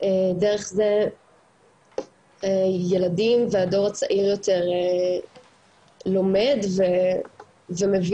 דרך זה ילדים והדור הצעיר יותר לומד ומבין